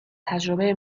تجربه